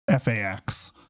fax